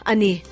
Ani